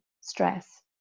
stress